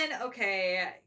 okay